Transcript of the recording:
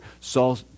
Saul